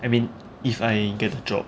I mean if I get the job